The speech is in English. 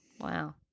Wow